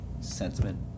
sentiment